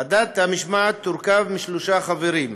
ועדת המשמעת תורכב משלושה חברים: